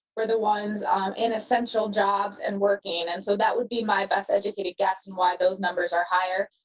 we're the ones in essential jobs and working. and so that would be my best educated guess and why those numbers are higher.